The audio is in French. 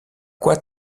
quoi